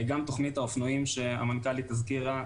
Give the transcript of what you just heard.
גם תוכניות האופנועים שהמנכ"לית הזכירה,